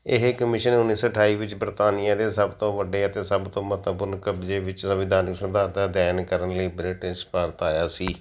ਇਹ ਕਮਿਸ਼ਨ ਉੱਨੀ ਸੌ ਅਠਾਈ ਵਿੱਚ ਬਰਤਾਨੀਆ ਦੇ ਸਭ ਤੋਂ ਵੱਡੇ ਅਤੇ ਸਭ ਤੋਂ ਮਹੱਤਵਪੂਰਨ ਕਬਜ਼ੇ ਵਿੱਚ ਸੰਵਿਧਾਨੀ ਸਵਧਾਨਤਾ ਅਧਿਐਨ ਕਰਨ ਲਈ ਬ੍ਰਿਟਿਸ਼ ਭਾਰਤ ਆਇਆ ਸੀ